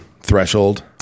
threshold